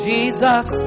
Jesus